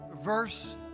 verse